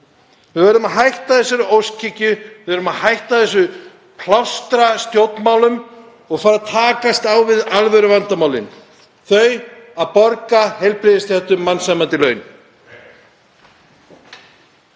Við verðum að hætta þessari óskhyggju. Við þurfum að hætta þessum plástrastjórnmálum og fara að takast á við alvöruvandamálin, að borga heilbrigðisstéttum mannsæmandi laun.